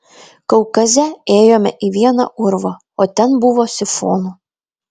kaukaze ėjome į vieną urvą o ten buvo sifonų